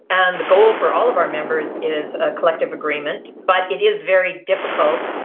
and the goal for all of our members is a collective agreement, but it is very difficult,